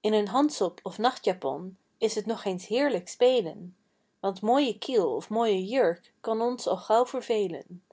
in een hansop of nacht japon is t nog eens heerlijk spelen want mooie kiel of mooie jurk kan ons al gauw vervelen